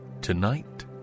Tonight